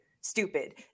stupid